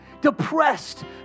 Depressed